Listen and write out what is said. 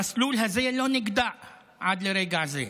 המסלול הזה לא נגדע עד לרגע זה,